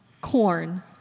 corn